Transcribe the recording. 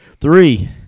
Three